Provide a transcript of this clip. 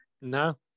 No